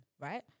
right